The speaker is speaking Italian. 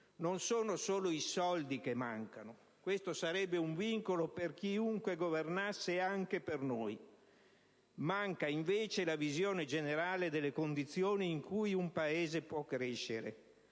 Non sono solo i soldi che mancano: questo sarebbe un vincolo per chiunque governasse, anche per noi. Manca invece la visione generale delle condizioni in cui un Paese può crescere: